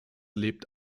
lebt